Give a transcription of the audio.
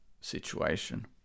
situation